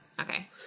Okay